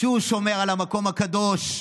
בכך שהוא שומר על המקום הקדוש,